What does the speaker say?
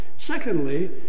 Secondly